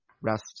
rest